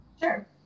Sure